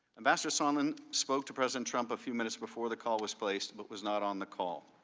ambassador sondland spoke to president trump a few minutes before the call was placed but was not on the call.